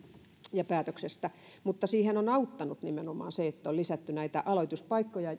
ja päätöksestä siihen on auttanut nimenomaan se että on lisätty näitä aloituspaikkoja